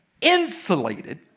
insulated